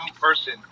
person